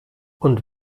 und